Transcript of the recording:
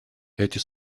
эти